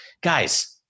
Guys